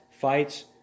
fights